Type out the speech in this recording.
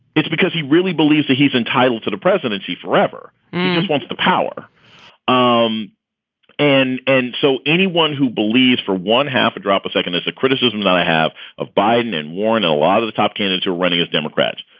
it's because he really believes that he's entitled to the presidency forever he just wants the power um and and so anyone who believes for one half a drop a second is the criticism that i have of biden and warren. a lot of the top candidates are running as democrats.